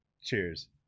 Cheers